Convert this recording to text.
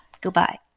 Goodbye